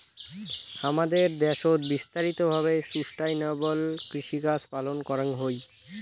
হামাদের দ্যাশোত বিস্তারিত ভাবে সুস্টাইনাবল কৃষিকাজ পালন করাঙ হই